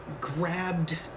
grabbed